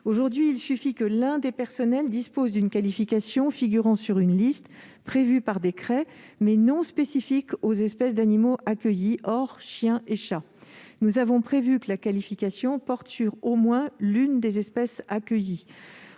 Aujourd'hui, il suffit que l'un des personnels dispose d'une qualification figurant sur une liste prévue par décret, mais non spécifique aux espèces d'animaux accueillies, en dehors des chiens et des chats. Nous avons prévu que la qualification porte sur au moins l'une des espèces accueillies.